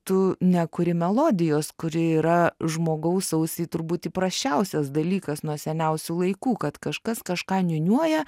tu nekuri melodijos kuri yra žmogaus ausiai turbūt įprasčiausias dalykas nuo seniausių laikų kad kažkas kažką niūniuoja